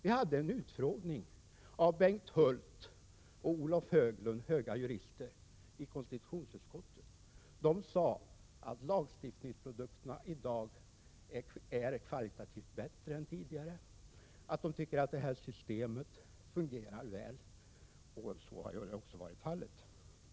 Vi hade en utfrågning i konstitutionsutskottet av Bengt Hult och Olof Höglund, höga jurister. De sade att lagstiftningsprodukterna i dag är kvalitativt bättre än tidigare och att de tycker att systemet fungerar väl. Så har också varit fallet.